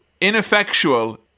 ineffectual